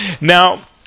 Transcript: Now